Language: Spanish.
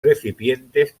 recipientes